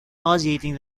nauseating